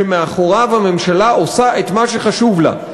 שמאחוריו הממשלה עושה את מה שחשוב לה.